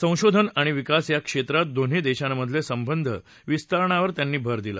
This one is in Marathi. संशोधन आणि विकास या क्षत्रात दोन्ही देशांमधले संबंध विस्तारण्यावर भर दिला